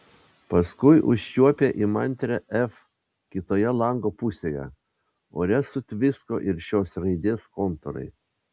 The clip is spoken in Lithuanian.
paskui užčiuopė įmantrią f kitoje lango pusėje ore sutvisko ir šios raidės kontūrai